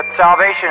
salvation